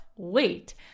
Wait